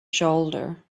shoulder